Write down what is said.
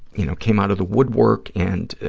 you know, came out of the woodwork and